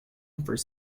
first